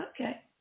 Okay